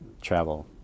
travel